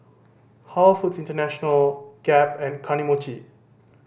Halal Foods International Gap and Kane Mochi